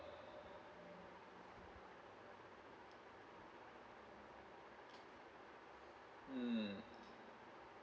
mm